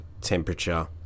temperature